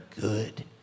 good